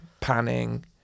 panning